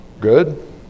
Good